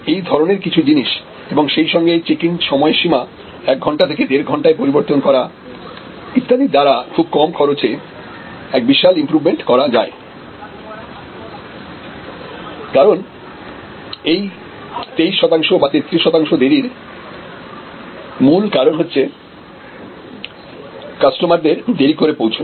এই ধরনের কিছু জিনিস এবং সেই সঙ্গে চেক ইন সময় সীমা এক ঘন্টা থেকে দেড় ঘণ্টায় পরিবর্তন করা ইত্যাদির দ্বারা খুব কম খরচে এক বিশাল ইমপ্রুভমেন্ট করা যায় কারণ এই 23 শতাংশ বা 33 শতাংশ দেরীর মূল কারণ হচ্ছে কাস্টমারদের দেরি করে পৌঁছানো